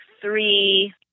three